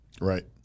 Right